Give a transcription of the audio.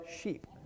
sheep